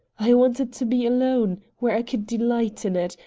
i wanted to be alone, where i could delight in it,